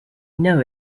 know